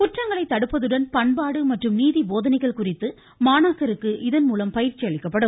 குற்றங்களை தடுப்பதுடன் பண்பாடு மற்றும் நீதிபோதனைகள் குறித்து மாணாக்கருக்கு இதன்மூலம் பயிற்சி அளிக்கப்படும்